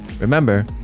Remember